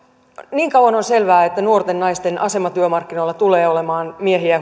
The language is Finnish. niin kauan on selvää että nuorten naisten asema työmarkkinoilla tulee olemaan